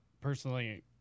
personally